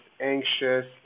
anxious